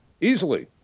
easily